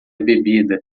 bebida